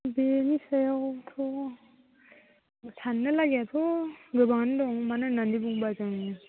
बेनि सायावथ' साननो लागिआथ' गोबाङानो दं मानो होननानै बुङोब्ला जों